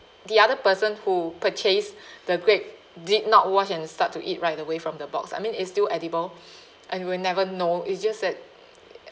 the other person who purchase the grape did not wash and start to eat right away from the box I mean it's still edible and we'll never know it's just that